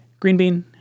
Greenbean